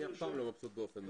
אני אף פעם לא מרוצה באופן מלא.